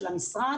של המשרד,